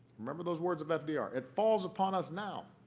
remember those words of fdr it falls upon us now